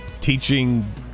teaching